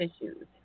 issues